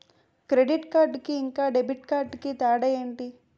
Credit card కి ఇంకా debit card కి తేడా ఏంటి?